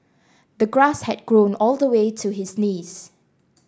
the grass had grown all the way to his knees